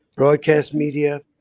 broadcast media,